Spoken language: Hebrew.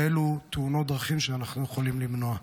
אלו תאונות דרכים שאנחנו יכולים למנוע.